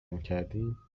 میکردیم